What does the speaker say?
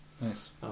Nice